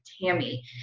Tammy